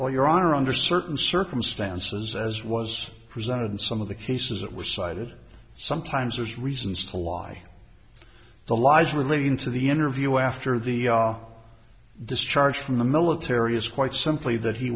or your honor under certain circumstances as was presented in some of the cases that was cited sometimes there's reasons why the lies relating to the interview after the discharge from the military is quite simply that he